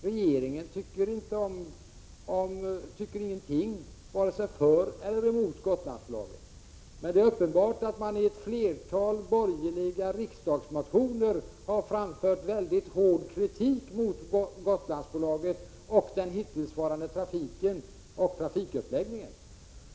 Regeringen tycker inte någonting vare sig för eller emot Gotlandsbolaget. Men det är uppenbart att man i ett flertal borgerliga riksdagsmotioner har framfört mycket hård kritik mot Gotlandsbolaget och den hittillsvarande trafiken och trafikuppläggningen.